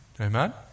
Amen